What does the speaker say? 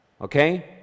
okay